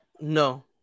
No